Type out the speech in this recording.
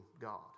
God